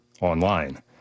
online